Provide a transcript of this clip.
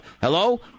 Hello